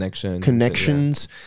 connections